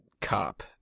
cop